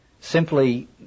simply